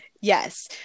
Yes